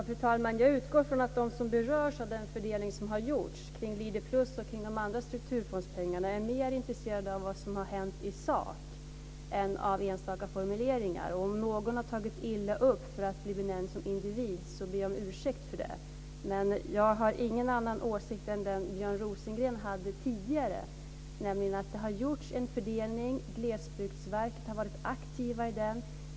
Fru talman! Jag utgår från att de som berörs av den fördelning som har gjorts när det gäller Leaderplus och andra strukturfondspengar är mer intresserade av vad som har hänt i sak än av enstaka formuleringar. Om någon har tagit illa upp av att ha blivit benämnd som individ ber jag om ursäkt för det. Men jag har ingen annan åsikt än den Björn Rosengren hade tidigare. Det har gjorts en fördelning. Glesbygdsverket har varit aktivt i den.